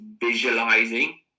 visualizing